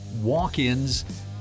walk-ins